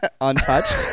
untouched